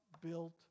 built